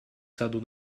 саду